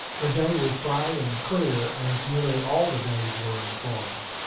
the day was bright and clear, as nearly all the days were in florida.